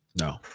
No